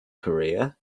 korea